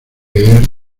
leer